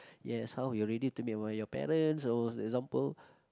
yes how we all ready to meet one of your parents or how example